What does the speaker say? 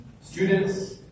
students